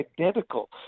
identical